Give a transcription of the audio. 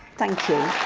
thank you.